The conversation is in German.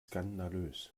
skandalös